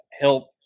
help